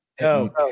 No